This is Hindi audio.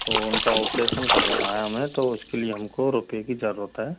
तो उनका ऑपरेशन करवाना है हमें तो उसके लिए हमको रुपये की जरूरत है